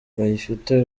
bafite